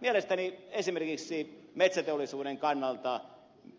mielestäni esimerkiksi metsäteollisuuden kannalta